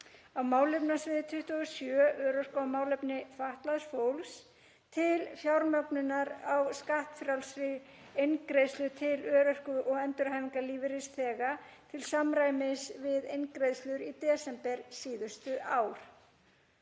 á málefnasviði 27, Örorka og málefni fatlaðs fólks, til fjármögnunar skattfrjálsrar eingreiðslu til örorku- og endurhæfingarlífeyrisþega til samræmis við eingreiðslur í desember síðustu ár.